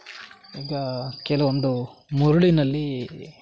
ಈಗ ಕೆಲವೊಂದು ಮರಳಿನಲ್ಲಿ